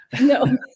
No